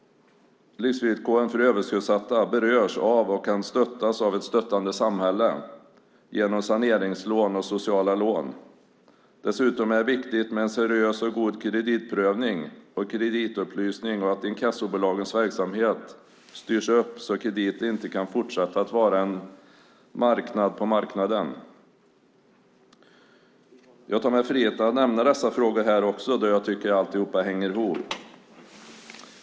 Livsvillkoren för överskuldsatta berörs av och kan stöttas av ett stöttande samhälle genom saneringslån och sociala lån. Dessutom är det viktigt med en seriös och god kreditprövning och kreditupplysning och att inkassobolagens verksamhet styrs upp så att krediter inte kan fortsätta att vara en marknad på marknaden. Jag tar mig friheten att också nämna dessa frågor här, då jag tycker att alltihop hänger ihop.